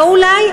לא אולי,